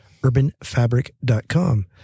urbanfabric.com